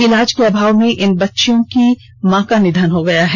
ईलाज के अभाव में इन तीनों बच्चियों की मां का निधन हो गया है